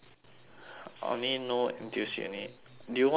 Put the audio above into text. I only know N_T_U_C only do you want each a cup